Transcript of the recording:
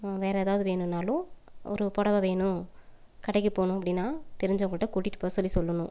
வேறு ஏதாவது வேணுன்னாலும் ஒரு புடவ வேணும் கடைக்கு போகணும் அப்படின்னா தெரிஞ்சவங்ககிட்ட கூட்டிகிட்டு போக சொல்லி சொல்லணும்